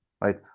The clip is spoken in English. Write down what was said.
right